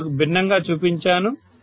నేను మీకు భిన్నంగా చూపించాను